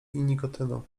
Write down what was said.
nikotyną